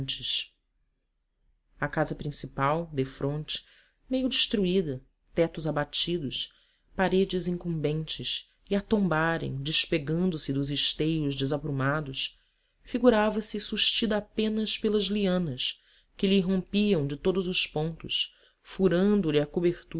a casa principal defronte meio estruída tetos abatidos paredes encombentes e a tombarem despegando se dos esteios desaprumados figurava se sustida apenas pelas lianas que lhe irrompiam de todos os pontos furando lhe a cobertura